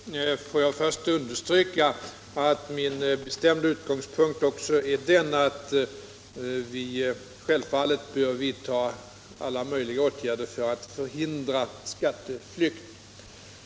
Herr talman! Låt mig först understryka att också min utgångspunkt är den att vi självfallet bör vidta alla möjliga åtgärder för att förhindra skatteflykt.